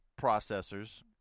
processors